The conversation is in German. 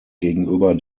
gegenüber